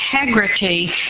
integrity